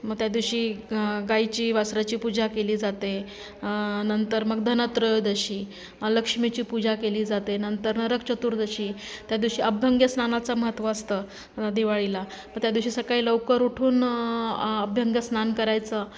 मग त्या दिवशी गाईची वासराची पूजा केली जाते नंतर मग धनत्रयोदशी लक्ष्मीची पूजा केली जाते नंतर नरक चतुर्दशी त्या दिवशी अभ्यंग्य स्नानाचं महत्त्व असतं दिवाळीला मग त्या दिवशी सकाळी लवकर उठून अभ्यंग स्नान करायचं